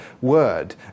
word